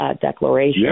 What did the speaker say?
Declaration